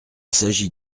s’agit